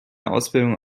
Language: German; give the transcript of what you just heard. ausbildung